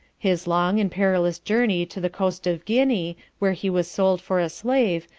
his long and perilous journey to the coast of guinea, where he was sold for a slave,